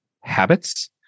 habits